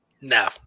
No